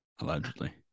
allegedly